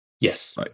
Yes